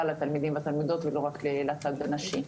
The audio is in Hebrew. התלמידים והתלמידות ולא רק לצד השני,